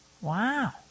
Wow